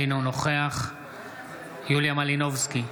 אינו נוכח יוליה מלינובסקי,